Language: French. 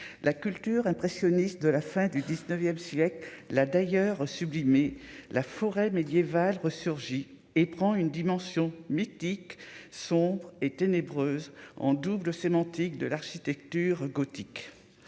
la culture impressionniste de la fin du 19ème siècle là d'ailleurs sublimer la forêt médiéval resurgit et prend une dimension mythique sombre et ténébreuse en double sémantique de l'architecture gothique